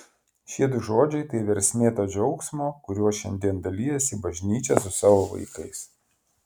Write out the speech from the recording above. šie du žodžiai tai versmė to džiaugsmo kuriuo šiandien dalijasi bažnyčia su savo vaikais